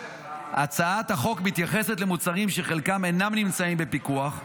הצעת החוק מתייחסת למוצרים שחלקם אינם נמצאים בפיקוח,